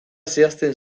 zehazten